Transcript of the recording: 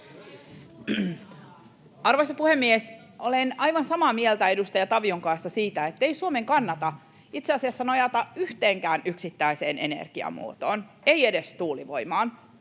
Arvoisa puhemies! Olen aivan samaa mieltä edustaja Tavion kanssa siitä, että ei Suomen kannata itse asiassa nojata yhteenkään yksittäiseen energiamuotoon, ei edes tuulivoimaan,